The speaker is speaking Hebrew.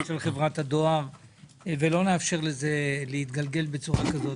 של חברת הדואר ולא נאפשר לזה להתגלגל בצורה כזו.